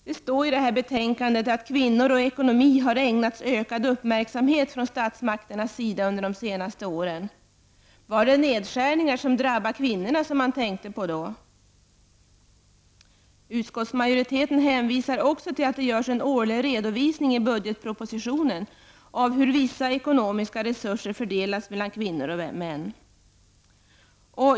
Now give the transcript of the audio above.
Det står i betänkandet att kvinnor och ekonomi har ägnats ökad uppmärksamhet från statsmakternas sida under de senaste åren. Var det nedskärningar som drabbar kvinnor man tänkte på då? Utskottsmajoriteten hänvisar till att det görs en årlig redovisning i budgetpropositionen av hur vissa ekonomiska resurser fördelas mellan kvinnor och män.